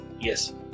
yes